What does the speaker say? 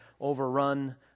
overrun